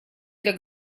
для